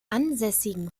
ansässigen